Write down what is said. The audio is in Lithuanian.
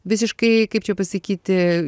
visiškai kaip čia pasakyti